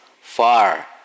far